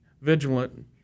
vigilant